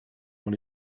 dans